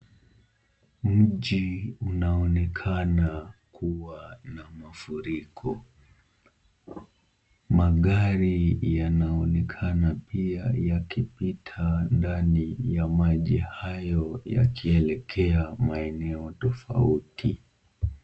Mji unaonekana kuwa na mafuriko. Magari yanaonekana pia yakipita ndani ya maji hayo yakielekea maeneo tofauti.